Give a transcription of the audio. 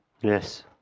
yes